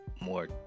more